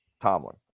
Tomlin